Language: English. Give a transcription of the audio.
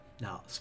now